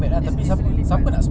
is is really but